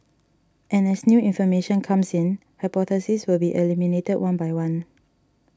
and as new information comes in hypotheses will be eliminated one by one